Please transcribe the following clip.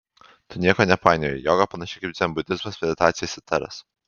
tu nieko nepainioji joga panašiai kaip dzenbudizmas meditacija sitaras